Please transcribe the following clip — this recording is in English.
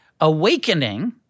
Awakening